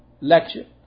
lecture